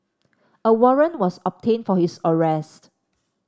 a warrant was obtained for his arrest